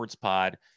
Pod